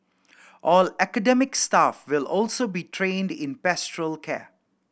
all academic staff will also be trained in pastoral care